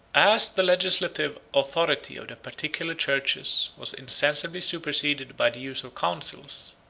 as the legislative authority of the particular churches was insensibly superseded by the use of councils,